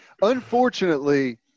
Unfortunately